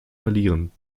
verlieren